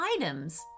items